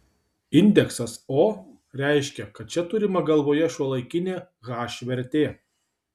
indeksas o reiškia kad čia turima galvoje šiuolaikinė h vertė